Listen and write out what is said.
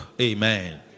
Amen